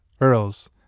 earls